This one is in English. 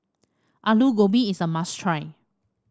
Alu Gobi is a must try